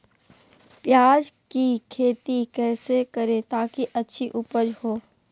प्याज की खेती कैसे करें ताकि अच्छी उपज हो?